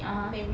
(uh huh)